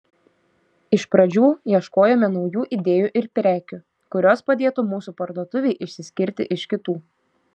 iš pradžių ieškojome naujų idėjų ir prekių kurios padėtų mūsų parduotuvei išsiskirti iš kitų